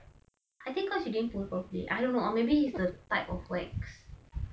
I think cause you didn't put properly I don't know or maybe is uh type of wax